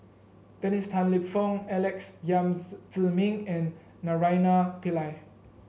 Dennis Tan Lip Fong Alex Yam Ziming and Naraina Pillai